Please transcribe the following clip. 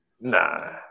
Nah